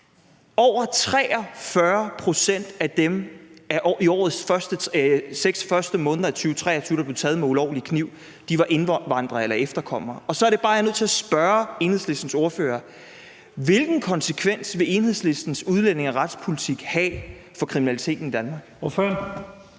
Over 43 pct. af dem, der i de første seks måneder af 2023 blev taget med ulovlig kniv, var indvandrere eller efterkommere. Og så er det bare, jeg er nødt til at spørge Enhedslistens ordfører: Hvilken konsekvens vil Enhedslistens udlændinge- og retspolitik have for kriminaliteten i Danmark?